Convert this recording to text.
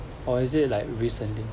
or is it like recently